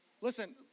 Listen